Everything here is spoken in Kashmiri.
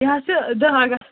یہِ حظ چھُ دَہ أگست